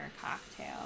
cocktail